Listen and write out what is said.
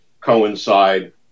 coincide